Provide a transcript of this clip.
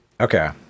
Okay